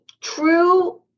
True